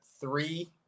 three